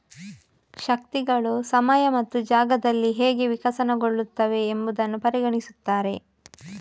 ಶಕ್ತಿಗಳು ಸಮಯ ಮತ್ತು ಜಾಗದಲ್ಲಿ ಹೇಗೆ ವಿಕಸನಗೊಳ್ಳುತ್ತವೆ ಎಂಬುದನ್ನು ಪರಿಗಣಿಸುತ್ತಾರೆ